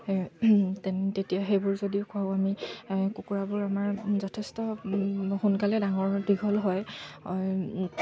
সেই তেতিয়া সেইবোৰ যদিও খুৱাওঁ আমি কুকুৰাবোৰ আমাৰ যথেষ্ট সোনকালে ডাঙৰ দীঘল হয়